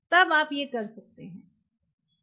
तब आप ये कर सकते हैं